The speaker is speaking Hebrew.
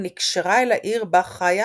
ונקשרה אל העיר בה חיה